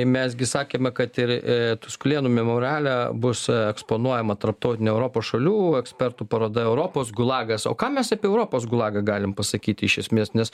mes gi sakėme kad ir tuskulėnų memoriale bus eksponuojama tarptautinė europos šalių ekspertų paroda europos gulagas o ką mes apie europos gulagą galim pasakyti iš esmės nes